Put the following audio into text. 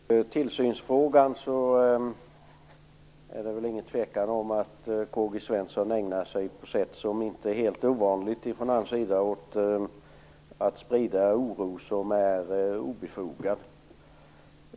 Herr talman! I tillsynsfrågan är det ingen tvekan om att K-G Svenson ägnar sig på ett sätt som inte är helt ovanligt från hans sida åt att sprida oro som är obefogad.